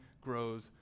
grows